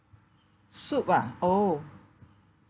soup ah oh